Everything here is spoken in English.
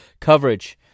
coverage